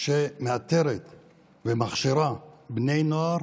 שמאתרת ומכשירה בני נוער